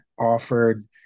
offered